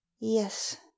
Yes